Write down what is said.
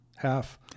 Half